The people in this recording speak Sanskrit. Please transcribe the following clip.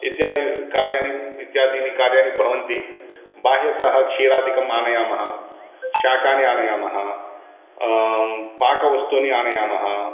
इत्यादिकार्याणि इत्यादीनि कार्याणि भवन्ति बाह्यतः क्षीरादिकम् आनयामः शाकानि आनयामः पाकवस्तूनि आनयामः